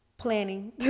planning